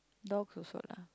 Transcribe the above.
dog also lah